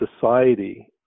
society